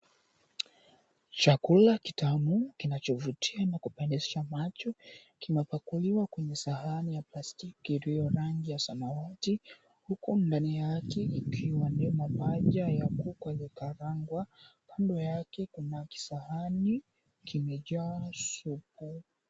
Chakula kitamu kinachovutia na kupendeza macho kina pakuliwa kwenye sahani ya plastiki iliyo rangi ya samawati, huku ndani yake ikiwa paja la kuku aliyekarangwa kando yake kuna kisahani kimejaa supu.